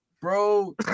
bro